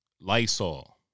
Lysol